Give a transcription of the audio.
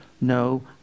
no